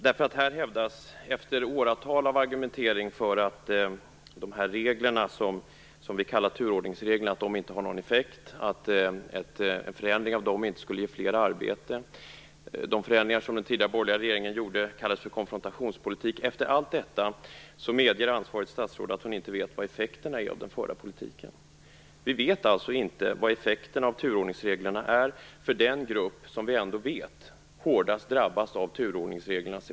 I åratal har man argumenterat för att de regler som vi kallar turordningsreglerna inte har någon effekt och att en förändring av dem inte skulle ge fler arbeten. De förändringar som den tidigare borgerliga regeringen gjorde kallades för konfrontationspolitik. Efter allt detta medger ansvarigt statsråd att hon inte vet vad effekterna av den förda politiken är. Vi vet alltså inte vilka effekterna av turordningsreglerna är för den grupp som vi ändå vet drabbas hårdast av turordningsreglerna.